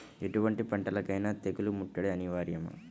ఎటువంటి పంటలకైన తెగులు ముట్టడి అనివార్యమా?